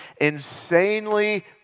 insanely